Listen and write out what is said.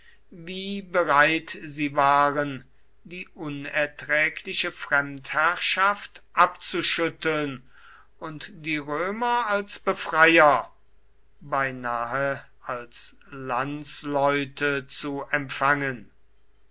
wie bereit sie waren die unerträgliche fremdherrschaft abzuschütteln und die römer als befreier beinahe als landsleute zu empfangen